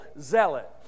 zealot